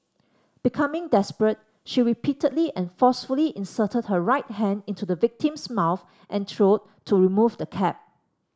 becoming desperate she repeatedly and forcefully inserted her right hand into the victim's mouth and throat to remove the cap